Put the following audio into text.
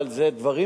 אבל זה דברים,